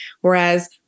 Whereas